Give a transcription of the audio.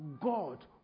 God